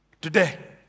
today